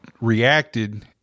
reacted